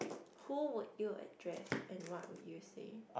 who would you address and what would you say